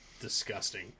disgusting